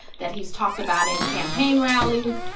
that he's talked about in campaign rallies.